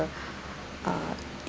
uh